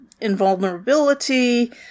invulnerability